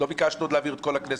לא ביקשנו עוד להעביר לשולחן הכנסת,